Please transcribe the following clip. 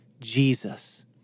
Jesus